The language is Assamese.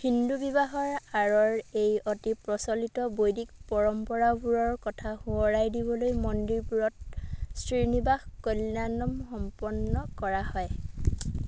হিন্দু বিবাহৰ আঁৰৰ এই অতি প্ৰচলিত বৈদিক পৰম্পৰাবোৰৰ কথা সোঁৱৰাই দিবলৈ মন্দিৰবোৰত শ্ৰীনিবাস কল্যাণম সম্পন্ন কৰা হয়